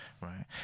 right